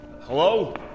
Hello